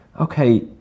Okay